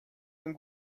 ein